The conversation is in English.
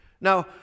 Now